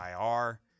IR